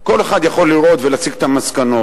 כל אחד יכול לראות ולהסיק את המסקנות.